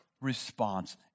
response